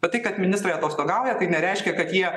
bet tai kad ministrai atostogauja tai nereiškia kad jie